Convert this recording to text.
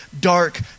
dark